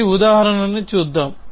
దీనికి ఉదాహరణ చూద్దాం